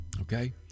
Okay